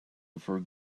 before